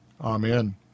Amen